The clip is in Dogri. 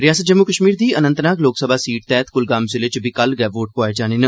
रिआसत जम्मू कश्मीर दी अनंतनाग लोक सभा सीट तैह्त क्लगाम जिले च बी कल गै वोट पुआए जाने न